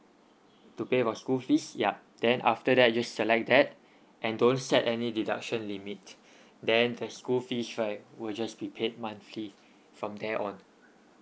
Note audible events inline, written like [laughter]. to pay the school fees yup then after that just select that and don't set any deduction limit [breath] then the school fees right will just be paid monthly from there on